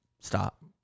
stop